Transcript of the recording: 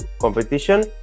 competition